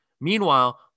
Meanwhile